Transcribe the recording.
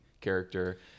character